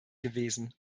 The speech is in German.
gewesen